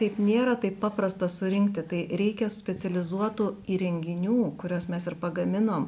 taip nėra taip paprasta surinkti tai reikia specializuotų įrenginių kuriuos mes ir pagaminom